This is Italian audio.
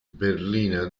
berlina